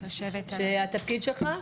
מה תפקידך?